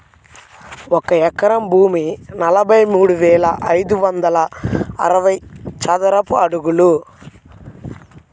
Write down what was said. ఒక ఎకరం భూమి నలభై మూడు వేల ఐదు వందల అరవై చదరపు అడుగులు